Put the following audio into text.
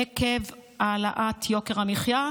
עקב העלאת יוקר המחיה.